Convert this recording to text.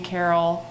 Carol